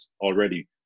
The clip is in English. already